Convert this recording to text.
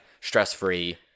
stress-free